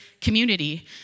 community